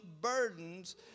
burdens